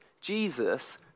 Jesus